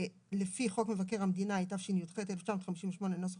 לפי חוק מבקר המדינה התשי"ח 1958 (נוסח